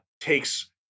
takes